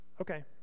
okay